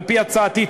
על-פי הצעתי,